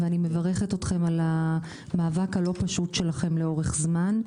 ואני מברכת אתכם על המאבק הלא פשוט שלכם לאורך זמן.